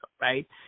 right